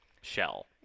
shell